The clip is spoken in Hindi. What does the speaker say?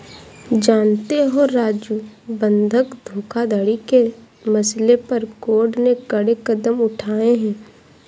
जानते हो राजू बंधक धोखाधड़ी के मसले पर कोर्ट ने कड़े कदम उठाए हैं